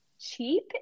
cheap